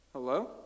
Hello